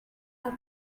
are